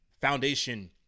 foundation